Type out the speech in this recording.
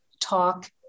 talk